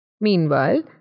Meanwhile